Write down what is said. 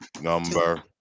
number